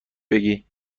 بگی